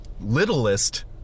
littlest